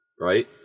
right